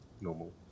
normal